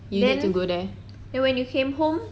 then then when you came home